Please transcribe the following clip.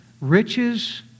riches